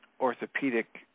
orthopedic